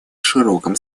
широком